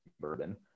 bourbon